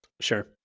Sure